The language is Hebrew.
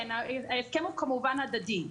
כן, ההסכם הוא כמובן הדדי.